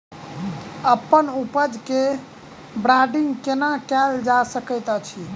अप्पन उपज केँ ब्रांडिंग केना कैल जा सकैत अछि?